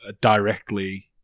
directly